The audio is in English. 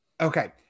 okay